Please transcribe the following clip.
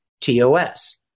TOS